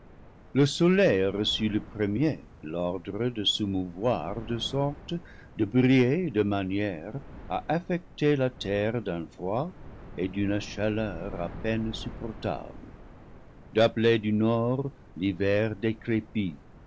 le soleil reçut le premier l'ordre de se mouvoir de sorte de briller de manière à affecter la terre d'un froid et d'une chaleur à peine supportables d'appeler du nord l'hiver décrépit